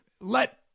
let